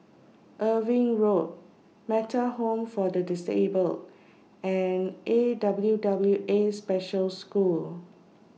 Irving Road Metta Home For The Disabled and A W W A Special School